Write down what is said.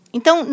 Então